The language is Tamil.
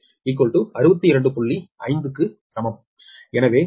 எனவே இதேபோல் ZB32MVA base0